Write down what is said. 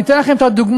אני אתן לכם דוגמה,